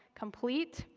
complete.